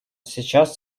сейчас